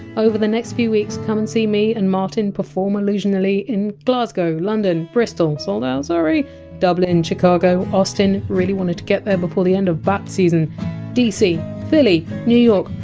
over the next few weeks, come and see me and martin perform allusionally in glasgow, london, bristol sold out, sorry dublin, chicago, austin we wanted to get there before the end of bat season dc, philly, new york,